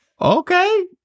Okay